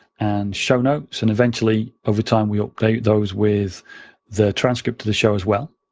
and show notes, and eventually over time, we update those with the transcript to the show as well.